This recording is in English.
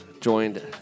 joined